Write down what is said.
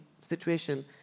situation